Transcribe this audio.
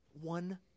one